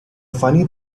funny